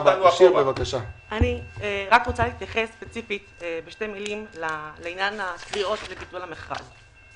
אני רוצה להתייחס ספציפית בשתי מילים לעניין הקריאות לביטול המכרז.